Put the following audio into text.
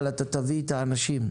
אבל אתה תביא את האנשים,